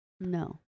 No